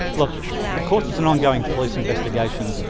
look because it's an ongoing police investigation,